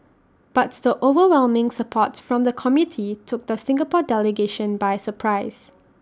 but the overwhelming support from the committee took the Singapore delegation by surprise